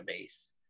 database